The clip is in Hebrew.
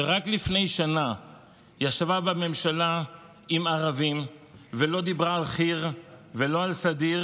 שרק לפני שנה ישבה בממשלה עם ערבים ולא דיברה על חי"ר ולא על סדיר,